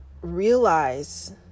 realize